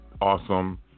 awesome